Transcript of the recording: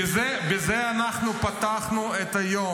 בזה אנחנו פתחנו את היום.